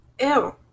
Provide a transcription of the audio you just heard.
Ew